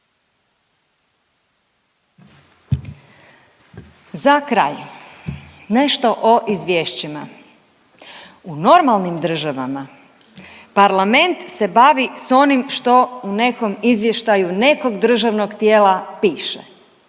Za kraj nešto o izvješćima. U normalnim državama parlament se bavi s onim što u nekom izvještaju nekog državnog tijela piše,